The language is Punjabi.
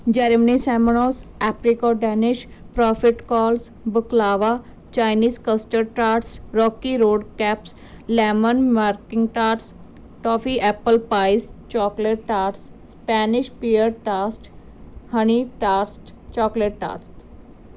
ਜਰਮਨੀ ਸੈਮਰੋਸ ਐਪਰੀਕੋ ਡੈਨਿਸ਼ ਪਰੋਫਿਟਕੌਣਸ baklava Chinese custard trans rocky road caps lemon meringue tarts toffee apple pies chocolate toast Spanish pear toast honey toast chocolate ਟਾਸਟ